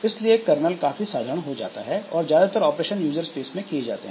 इसलिए कर्नल काफी साधारण हो जाता है और ज्यादातर ऑपरेशन यूजरस्पेस में किए जाते हैं